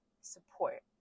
support